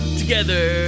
together